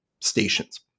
stations